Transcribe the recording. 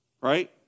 right